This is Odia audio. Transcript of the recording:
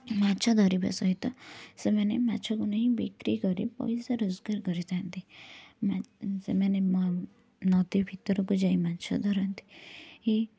ମାଛ ଧରିବା ସହିତ ସେମାନେ ମାଛକୁ ନେଇ ବିକ୍ରି କରି ପଇସା ରୋଜଗାର କରିଥାନ୍ତି ସେମାନେ ନଦୀ ଭିତରକୁ ଯାଇ ମାଛ ଧରନ୍ତି ଏଇ